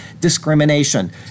discrimination